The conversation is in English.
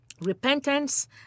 repentance